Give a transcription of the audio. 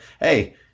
hey